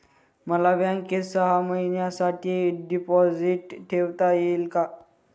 मला बँकेत सहा महिन्यांसाठी डिपॉझिट ठेवता येईल का?